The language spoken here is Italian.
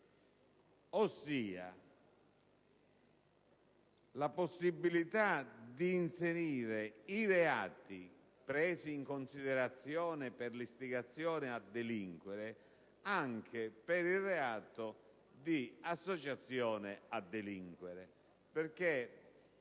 ossia la possibilità di inserire i reati presi in considerazione per l'istigazione a delinquere anche per il reato di associazione a delinquere